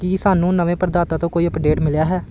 ਕੀ ਸਾਨੂੰ ਨਵੇਂ ਪ੍ਰਦਾਤਾ ਤੋਂ ਕੋਈ ਅੱਪਡੇਟ ਮਿਲਿਆ ਹੈ